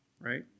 right